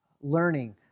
learning